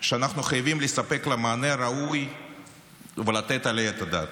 שאנחנו חייבים לספק לה מענה ראוי ולתת עליה את הדעת.